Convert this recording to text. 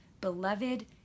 beloved